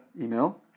email